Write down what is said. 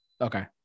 Okay